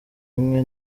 imwe